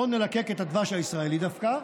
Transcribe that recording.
לא נלקק את הדבש הישראלי דווקא,